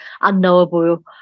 unknowable